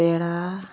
ᱯᱮᱲᱟ